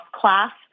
class